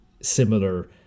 similar